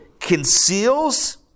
Conceals